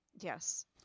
Yes